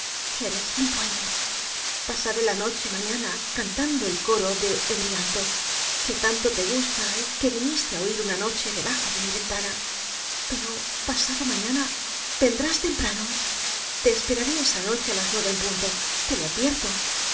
eres mi dueño pasaré la noche mañana cantando el coro de euryantú que tanto te gusta y que viniste á oir una noche debajo de mi ventana pero pasado mañana vendrás temprano te espareré esa noche á las nueve en punto te lo advierto